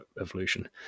evolution